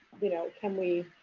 you know can we